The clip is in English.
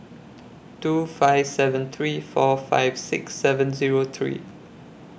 two five seven three four five six seven Zero three